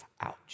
ouch